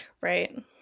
Right